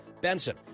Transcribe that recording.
Benson